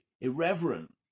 irreverent